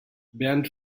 bernd